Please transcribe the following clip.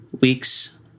week's